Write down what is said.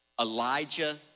Elijah